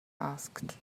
asked